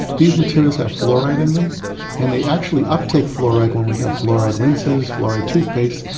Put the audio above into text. these materials have fluoride in them and they actually uptake fluoride when we have fluoride rinses, fluoride toothpaste,